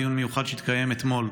דיון מיוחד שהתקיים אתמול,